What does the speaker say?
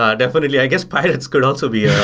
ah definitely. i guess pirates could also be